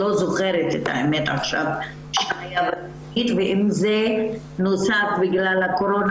אני לא זוכרת --- ואם זה נוסף בגלל הקורונה